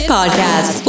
Podcast